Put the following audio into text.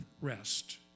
rest